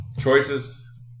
Choices